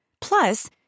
Plus